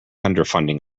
underfunding